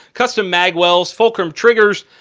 custom magwells, fulcrum triggers,